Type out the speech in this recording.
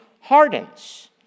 hardens